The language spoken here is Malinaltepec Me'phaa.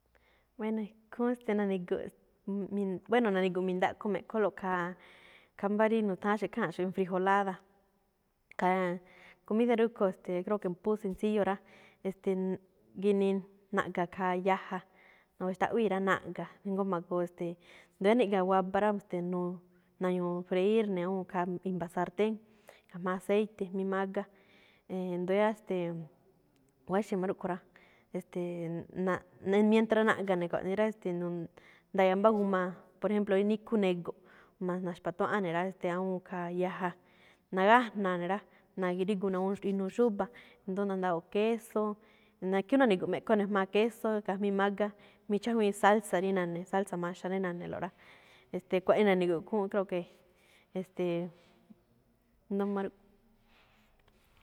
Bueno, ikhúún, ste̱, na̱ni̱gu̱ꞌ, bueno na̱ni̱gu̱ꞌ mi̱ndaꞌkho me̱ꞌkholo̱ꞌ khaa, khaa mbá rí nu̱tha̱ánxo̱ꞌ ikháanꞌxo̱ꞌ enfrijolada. Khaa, comida rúꞌkho̱, ste̱e̱, creo que phú sencillo rá. E̱ste̱e̱ ginii naꞌga̱ khaa yaja, nawaxtaꞌwíi rá, naꞌga, jngó ma̱goo, e̱ste̱e̱, ndóo yáá niꞌga̱ waba rá, e̱ste̱e̱ nu̱-na̱ñu̱u̱ freíír ne̱ awúun khaa i̱mba̱ sartén jma̱á aceite jmí mágá. ndóo yáá, ste̱e̱, wáxe̱ máꞌ rúꞌkho̱ rá, e̱ste̱e̱ naꞌne- mientra naꞌga̱ ne̱ kuaꞌnii rá, e̱ste̱e̱, nu̱ne̱, nda̱ya̱ mbá g a, por ejemplo rí níkhú nego̱, ma̱-na̱xpatuáꞌán ne̱ rá, ste̱e̱, awúun khaa yaja. Nagájna̱a ne̱ rá, na̱grígu ne̱ awúun inuu xúba̱. Ndóo na̱ndáwo̱o̱ꞌ queso, xó na̱ni̱gu̱ꞌ me̱ꞌkho ne̱ jma̱a̱ queso gajmí mágá mí chájwíin salsa rí na̱ne̱, salsa maxa rí na̱ne̱lo̱ꞌ rá. E̱ste̱e̱ kuaꞌnii na̱ni̱gu̱ꞌ khúúnꞌ, creo que, e̱ste̱e̱, ndo̱ó máꞌ rúꞌ.